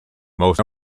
most